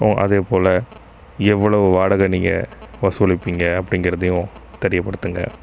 அதேபோல் எவ்வளவு வாடகை நீங்கள் வசூலிப்பிங்க அப்படின்றதையும் தெரியப்படுத்துங்க